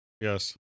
Yes